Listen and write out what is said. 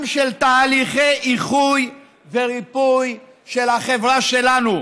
של תהליכי איחוי וריפוי של החברה שלנו.